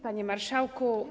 Panie Marszałku!